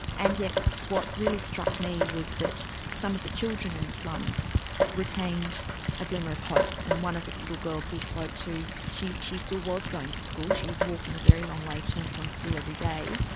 and yet what really struck me was that some of the children in the slums retained a glimmer of hope. and one of the little girls we spoke to, she she still was going to school, she was walking a very long way to and from school every day,